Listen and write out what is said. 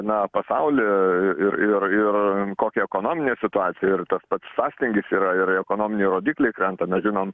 na pasauly ir ir ir kokia ekonominė situacija ir tas pat sąstingis yra ir ekonominiai rodikliai krenta mes žinom